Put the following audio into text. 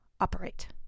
operate